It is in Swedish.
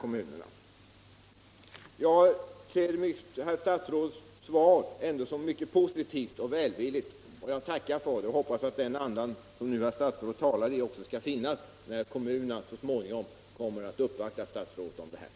ambulansförare Jag ser ändå herr statsrådets svar som mycket positivt och välvilligt. Jag tackar för det och hoppas att den anda som präglar statsrådets svar också kommer att finnas när kommunerna så småningom uppvaktar herr statsrådet i denna fråga.